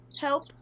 help